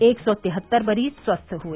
एक सौ तिहत्तर मरीज स्वस्थ हुए